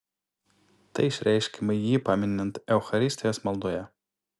tai išreiškiama jį paminint eucharistijos maldoje